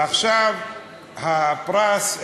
ועכשיו הפרס,